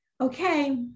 okay